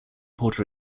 puerto